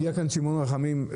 הגיע לכאן שמעון רחמים.